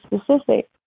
specific